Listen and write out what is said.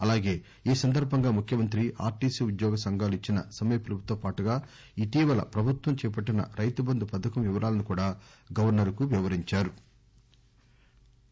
అలాగే ఈ సందర్బంగా ముఖ్యమంత్రి ఆర్టిసి ఉద్యోగ సంఘాలు ఇచ్చిన సమ్మి పిలుపుతో పాటుగా ఇటీవల ప్రభుత్వం చేపట్టిన రైతు బంధు పథకం వివరాలను కూడా గవర్సర్ కు వివరించారు